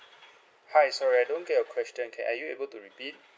hi sorry I don't get your question are you able to repeat